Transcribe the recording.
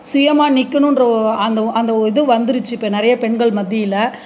சுயமாக நிற்கணுன்ற ஒ அந்த அந்த ஒ இது வந்துருச்சு இப்போ நிறைய பெண்கள் மத்தியில்